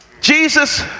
Jesus